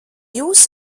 jūs